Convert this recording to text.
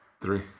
Three